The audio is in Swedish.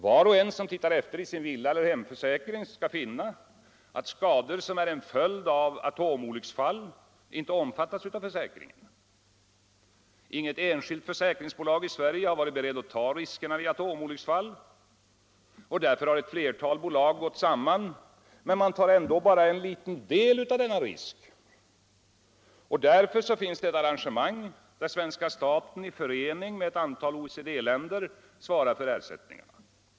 Var och en som tittar efter i sin villaeller hemförsäkring skall finna, att skador som är en följd av atomolycksfall inte omfattas av försäkringen. Inget enskilt försäkringsbolag i Sverige har varit berett att ta riskerna vid atomolycksfall. Ett flertal bolag har gått samman men tar ändå bara en liten del av risken. Därför finns ett arrangemang där svenska staten i förening med ett antal OECD-länder svarar för ersättningarna.